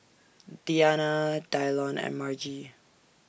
Deana Dylon and Margie